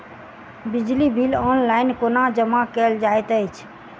बिजली bill online कोना जमा कएल जाइत अछि?